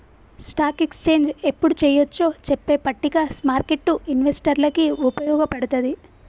stock exchange యెప్పుడు చెయ్యొచ్చో చెప్పే పట్టిక స్మార్కెట్టు ఇన్వెస్టర్లకి వుపయోగపడతది